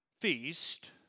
feast